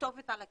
הכתובת על הקיר.